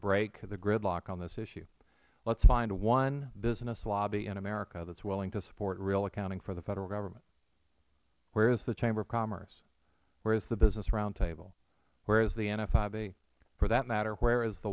break the gridlock on this issue lets find one business lobby in america that is willing to support real accounting for the federal government where is the chamber of commerce where is the business roundtable where is the nfib for that matter where is the